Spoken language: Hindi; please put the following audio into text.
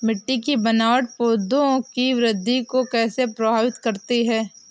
मिट्टी की बनावट पौधों की वृद्धि को कैसे प्रभावित करती है?